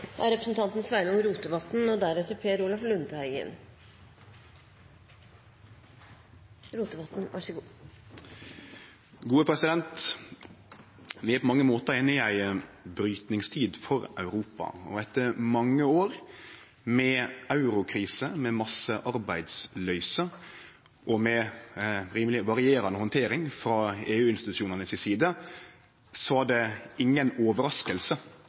Vi er på mange måtar inne i ei brytningstid for Europa, og etter mange år med eurokrise, massearbeidsløyse og rimeleg varierande handtering frå EU-institusjonane si side, var det